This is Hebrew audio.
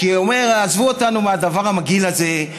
כי הוא אומר: עזבו אותנו מהדבר המגעיל הזה,